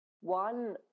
one